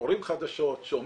רואים חדשות, שומעים,